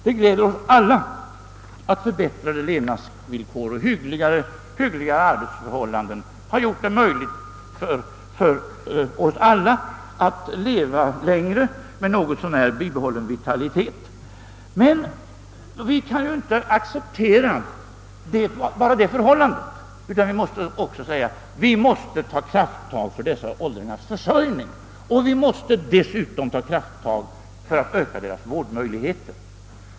Det gläder oss att förbättrade levnadsvillkor och hyggliga arbetsförhållanden har gjort det möjligt för oss alla att leva längre med något så när bibehållen vitalitet. Men vi kan inte acceptera det förhållandet enbart, utan vi måste också ta krafttag för åldringarnas försörjning, och vi måste dessutom ta krafttag för att öka deras vårdmöjligheter.